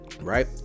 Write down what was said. right